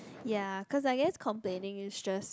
ya because I guess complaining is just